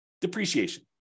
depreciation